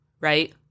right